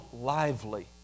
lively